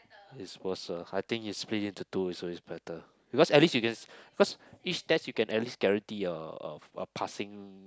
is worser I think if split into two is always better because at least if it is cause each test you can at least guarantee uh uh a passing